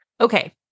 Okay